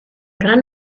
gran